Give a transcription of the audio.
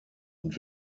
und